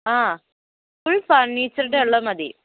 ആ ഫുൾ ഫർണ്ണീച്ചർടെ ഉള്ളത് മതി